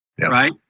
right